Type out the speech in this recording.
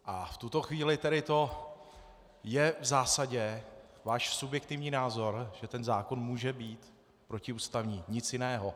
A v tuto chvíli to je v zásadě váš subjektivní názor, že ten zákon může být protiústavní, nic jiného.